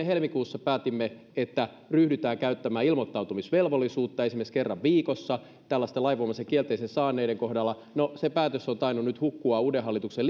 helmikuussa päätimme että ryhdytään käyttämään ilmoittautumisvelvollisuutta esimerkiksi kerran viikossa tällaisten lainvoimaisen kielteisen päätöksen saaneiden kohdalla no se päätös on tainnut nyt hukkua uuden hallituksen